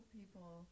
people